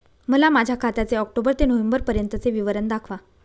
मला माझ्या खात्याचे ऑक्टोबर ते नोव्हेंबर पर्यंतचे विवरण दाखवा